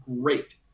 great